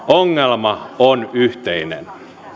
ongelma on yhteinen